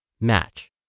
match